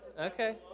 Okay